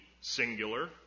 singular